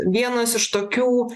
vienas iš tokių